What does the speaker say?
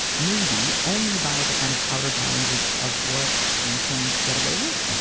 maybe, only by the kind of outer bounds of of what you can get away with.